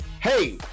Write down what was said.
hey